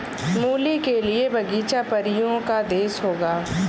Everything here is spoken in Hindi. मूली के लिए बगीचा परियों का देश होगा